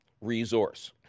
resource